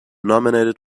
nominated